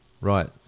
Right